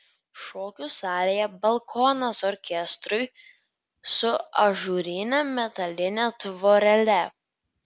šokių salėje balkonas orkestrui su ažūrine metaline tvorele